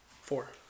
Four